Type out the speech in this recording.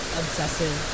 obsessive